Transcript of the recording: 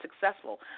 successful